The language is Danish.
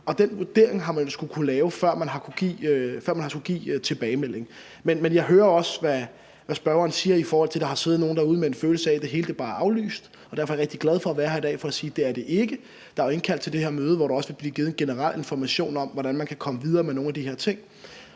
Den vurdering har man skullet lave, før man har kunnet give en tilbagemelding. Men jeg hører også, hvad spørgeren siger om, at der har siddet nogle derude med en følelse af, at det hele bare var aflyst, og derfor er jeg rigtig glad for at være her i dag for at sige, at det er det ikke. Der er jo indkaldt til det her møde, hvor der også vil blive givet en generel information om, hvordan man kan komme videre med nogle af de her ting.